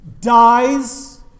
dies